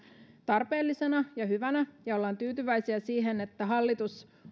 tarpeellisena ja hyvänä ja olemme tyytyväisiä siihen että hallitus